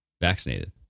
vaccinated